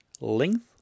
length